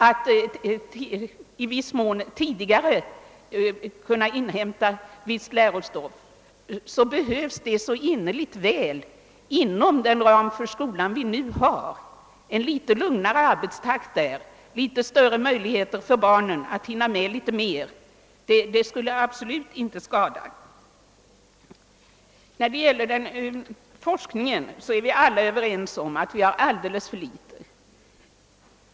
att tidigare inhämta visst lärostoff, så vore det mycket tacknämligt, men det bör då ske inom den ram för skolan vi nu har. Det skulle kunna ge litet lugnare arbetstakt, litet större möjligheter för barnen att hinna med något mer, och det skulle absolut inte skada. Vi är alltså överens om att vi har alldeles för litet forskning.